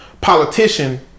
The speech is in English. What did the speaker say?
politician